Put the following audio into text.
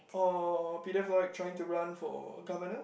or Peter Floyd trying to run for governor